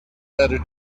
letter